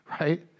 Right